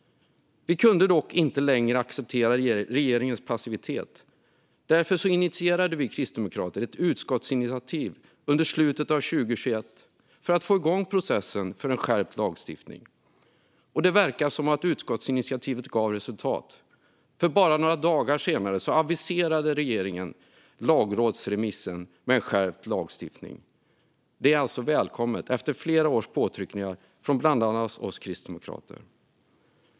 Vi kunde inte längre acceptera regeringens passivitet. Därför initierade vi kristdemokrater ett utskottsinitiativ under slutet av 2021 för att få igång processen för en skärpt lagstiftning. Och det verkar som om utskottsinitiativet har gett resultat. Bara några dagar senare aviserade regeringen en lagrådsremiss med skärpt lagstiftning. Det är efter flera års påtryckningar från bland annat Kristdemokraterna välkommet.